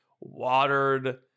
watered